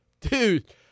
dude